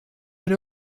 had